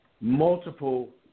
multiple